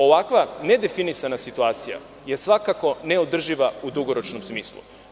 Ovakva nedefinisana situacija je svakako neodrživa u dugoročnom smislu.